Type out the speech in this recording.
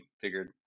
figured